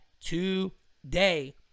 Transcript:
today